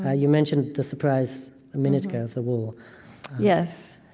ah you mentioned the surprise a minute ago of the wall yes.